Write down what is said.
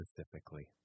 specifically